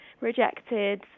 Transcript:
rejected